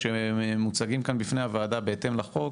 שמוצגים כאן בפני הוועדה בהתאם לחוק,